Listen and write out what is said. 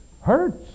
Hurts